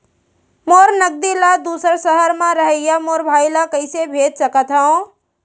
मोर नगदी ला दूसर सहर म रहइया मोर भाई ला कइसे भेज सकत हव?